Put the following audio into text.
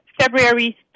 February